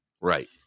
right